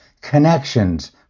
connections